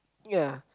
yeah